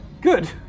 Good